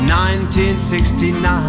1969